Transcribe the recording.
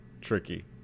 tricky